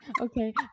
okay